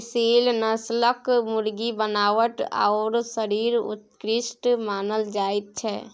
एसील नस्लक मुर्गीक बनावट आओर शरीर उत्कृष्ट मानल जाइत छै